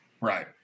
Right